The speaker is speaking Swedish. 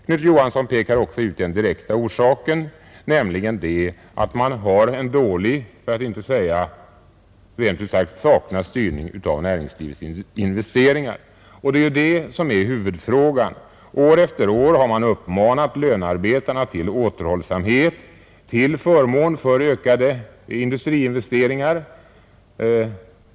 Knut Johansson pekar också ut den direkta orsaken, nämligen att styrningen av näringslivets investeringar är dålig eller rent ut sagt saknas. Och det är det som är huvudfrågan. År efter år har man uppmanat lönearbetarna till återhållsamhet till förmån för ökade industriinvesteringar.